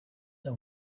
they